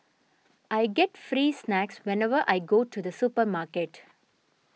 I get free snacks whenever I go to the supermarket